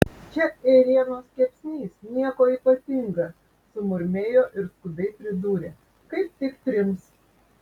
čia ėrienos kepsnys nieko ypatinga sumurmėjo ir skubiai pridūrė kaip tik trims